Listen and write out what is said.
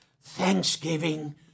thanksgiving